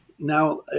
Now